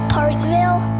Parkville